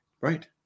Right